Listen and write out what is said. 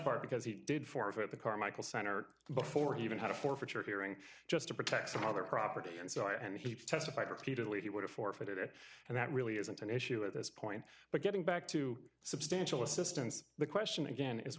part because he did forfeit the carmichael center before he even had a forfeiture hearing just to protect some other property and so on and he testified repeatedly he would forfeit it and that really isn't an issue at this point but getting back to substantial assistance the question again is